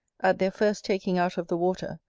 at their first taking out of the water,